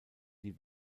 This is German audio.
die